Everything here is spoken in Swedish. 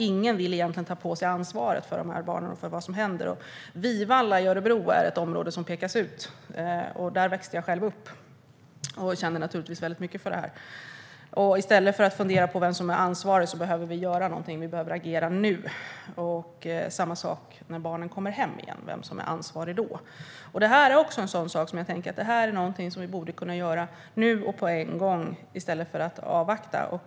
Ingen vill egentligen ta på sig ansvaret för de här barnen och för vad som händer. Vivalla i Örebro är ett område som pekas ut. Jag växte själv upp där och känner naturligtvis väldigt mycket för det här. I stället för att fundera på vem som är ansvarig behöver vi göra någonting. Vi behöver agera nu. Samma sak gäller när barnen kommer hem igen - vem är ansvarig då? Jag tycker att även detta är något som vi borde kunna göra på en gång i stället för att avvakta.